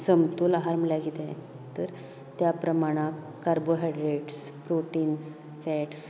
समतोल आहार म्हळ्यार कितें तर त्या प्रमाणांत कार्बोहायड्रेट्स प्रोटिन्स फेट्स